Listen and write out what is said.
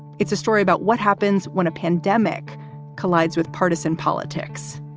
it's a story about what happens when a pandemic collides with partisan politics.